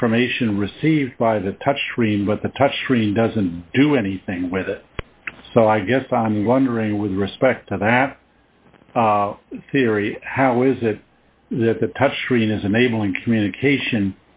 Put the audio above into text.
information received by the touch screen but the touch screen doesn't do anything with it so i guess i'm wondering with respect to that theory how is it that the touchscreen is enabling communication